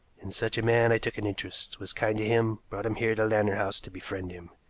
in such a man i took an interest, was kind to him, brought him here to lantern house to befriend him.